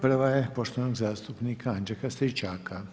Prva je poštovanog zastupnika Anđelka Stričaka.